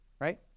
right